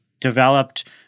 Developed